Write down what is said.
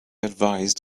advised